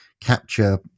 capture